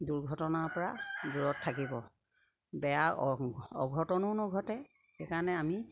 দুৰ্ঘটনাৰ পৰা দূৰত থাকিব বেয়া অঘটনো নঘটে সেইকাৰণে আমি